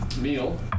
meal